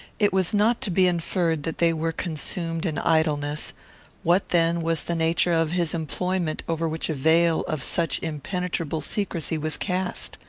it was not to be inferred that they were consumed in idleness what then was the nature of his employment over which a veil of such impenetrable secrecy was cast?